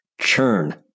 Churn